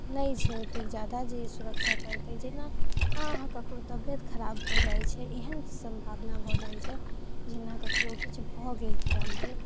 नहि छै ओतेक जादा जे सुरक्षा करतै जेना हँ अहाँ ककरो तबियत खराब भऽ जाइ छै एहन सम्भावना भऽ जाइ छै जेना ककरो किछु भऽ गेल तुरन्ते